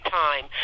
time